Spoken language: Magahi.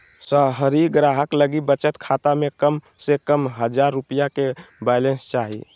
शहरी ग्राहक लगी बचत खाता में कम से कम हजार रुपया के बैलेंस चाही